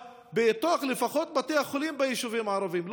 לפחות בתוך בתי החולים ביישובים הערביים.